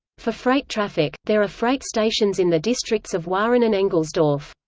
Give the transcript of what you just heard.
for freight traffic, there are freight stations in the districts of wahren and engelsdorf.